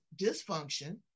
dysfunction